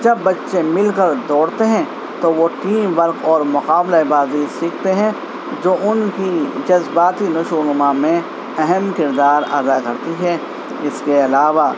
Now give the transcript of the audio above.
جب بچے مل کر دوڑتے ہیں تو وہ ٹیم ورک اور مقابلے بازی سیکھتے ہیں جو ان کی جذباتی نشو و نما میں اہم کردار ادا کرتی ہے اس کے علاوہ